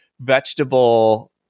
vegetable